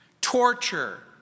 torture